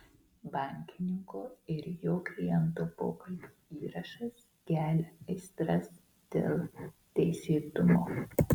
bankininko ir jo kliento pokalbio įrašas kelia aistras dėl teisėtumo